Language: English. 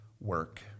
work